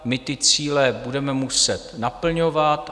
My ty cíle budeme muset naplňovat.